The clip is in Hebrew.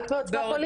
רק בעוצמה פוליטית.